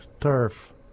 Turf